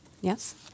Yes